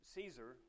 Caesar